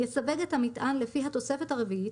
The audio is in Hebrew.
יסווג את המטען לפי התוספת הרביעית